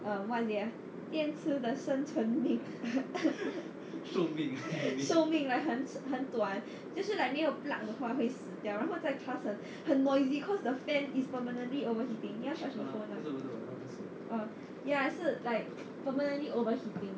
uh what is it ah 电池的生存命 寿命很短就是 like 没有 plug 的话会死掉然后在 class 很 noisy because the fan is permanently overheating 你要 charge 你 phone mah oh ya 是 like permanently overheating